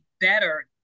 better